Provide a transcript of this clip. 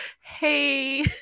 hey